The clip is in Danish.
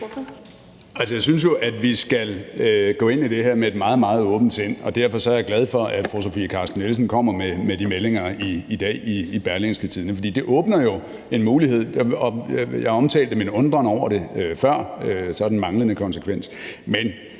jeg synes jo, at vi skal gå ind til det her med et meget, meget åbent sind, og derfor er jeg glad for, at fru Sofie Carsten Nielsen kommer med de meldinger i dag i Berlingske Tidende, for det åbner jo en mulighed. Jeg omtalte min undren over det før – og så den manglende konsekvens.